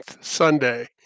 Sunday